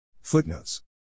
Footnotes